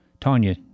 tanya